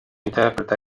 interpreta